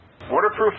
Waterproof